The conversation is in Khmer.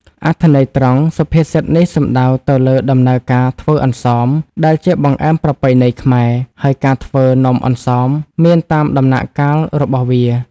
អត្ថន័យត្រង់សុភាសិតនេះសំដៅទៅលើដំណើរការធ្វើ អន្សម ដែលជាបង្អែមប្រពៃណីខ្មែរ ហើយការធ្វើនំអន្សមមានតាមដំណាក់កាលរបស់វា។